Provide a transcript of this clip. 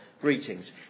greetings